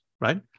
right